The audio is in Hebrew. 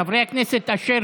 חברי הכנסת אשר